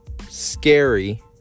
scary